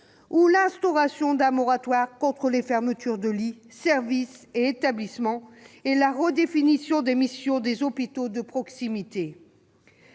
l'instauration d'un moratoire contre les fermetures de lits, de services et d'établissements ou la redéfinition des missions des hôpitaux de proximité.